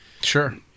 Sure